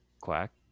quack